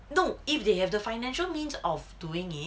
no if they have the financial means of doing it